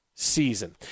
season